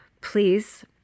please